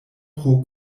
pro